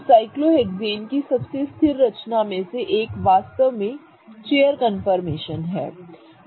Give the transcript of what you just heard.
तो साइक्लोहेक्सेन की सबसे स्थिर रचना में से एक वास्तव में एक चेयर कन्फर्मेशन है